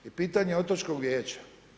I pitanje otočkog vijeća.